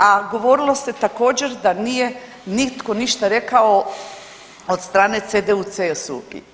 A govorilo se također, da nije nitko ništa rekao od strane CDU/CSU.